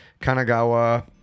kanagawa